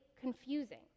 confusing